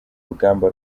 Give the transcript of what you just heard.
rugamba